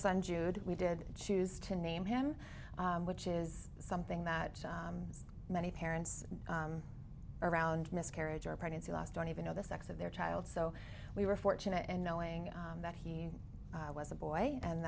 son jude we did choose to name him which is something that many parents around miscarriage or pregnancy loss don't even know the sex of their child so we were fortunate and knowing that he was a boy and